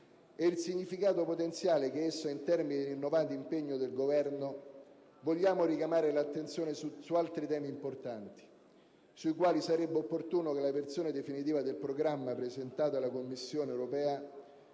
e il significato potenziale che esso ha in termini di rinnovato impegno del Governo, vogliamo richiamare l'attenzione su altri temi importanti sui quali sarebbe opportuno che la versione definitiva del Programma presentato alla Commissione europea